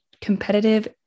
competitive